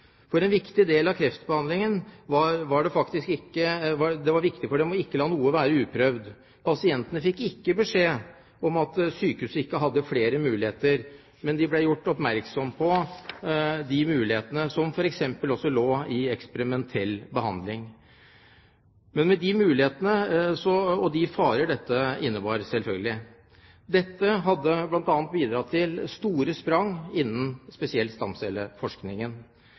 For en viktig del av kreftbehandlingen var faktisk å ikke la noe være uprøvd. Pasientene fikk ikke beskjed om at sykehuset ikke hadde flere muligheter, men ble gjort oppmerksom på de mulighetene som f.eks. også lå i eksperimentell behandling, med de muligheter og de farer dette innebar, selvfølgelig. Dette hadde bl.a. bidratt til store sprang innen spesielt